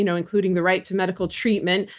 you know including the right to medical treatment.